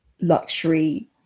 luxury